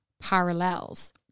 parallels